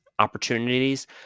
Opportunities